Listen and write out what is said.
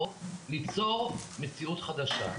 או ליצור מציאות חדשה,